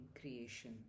creation